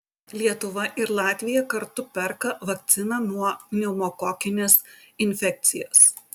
lietuva ir latvija kartu perka vakciną nuo pneumokokinės infekcijos